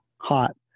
hot